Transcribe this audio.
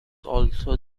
also